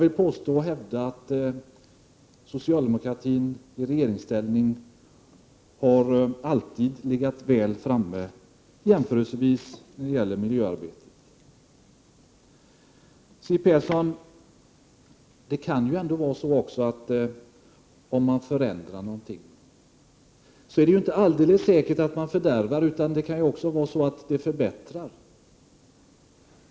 Men jag hävdar att socialdemokratin i regeringsställning jämförelsevis alltid har legat väl framme i miljöarbetet. Om man förändrar någonting, Siw Persson, är det inte säkert att man fördärvar, det kan också ske förbättringar.